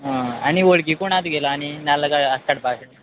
आं आनी वळखी कोण आसा तुगेलो आनी नाल्ल गाय आस काडपाचे